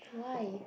why